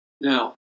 Now